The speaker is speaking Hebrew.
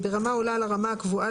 מקווה שזה עונה על מה שביקשה הוועדה.